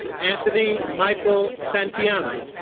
anthony michael santianna